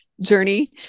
journey